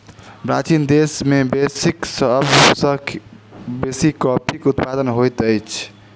Brazil देश में विश्वक सब सॅ बेसी कॉफ़ीक उत्पादन होइत अछि